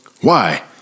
Why